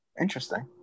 Interesting